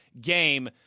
game